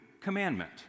commandment